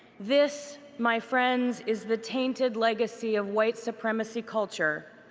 this, my friends, is the tainted legacy of white supremacy culture